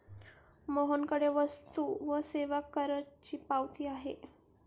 मोहनकडे वस्तू व सेवा करची पावती आहे